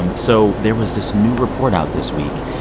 um so there was this new report out this week.